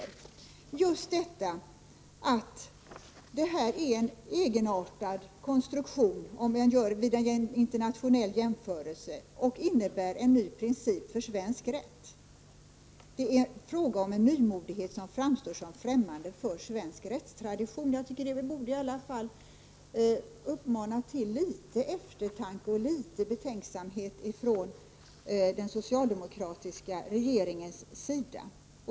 Nämnden har uttalat att regeringens förslag är en egenartad konstruktion vid en internationell jämförelse och innebär en ny princip för svensk rätt. Det är fråga om en nymodighet, som framstår som främmande för svensk rättstradition. Det borde i alla fall mana till viss eftertanke och betänksamhet från den socialdemokratiska regeringens sida.